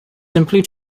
simply